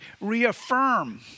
reaffirm